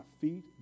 feet